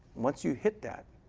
once you hit that,